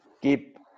keep